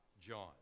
John